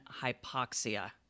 hypoxia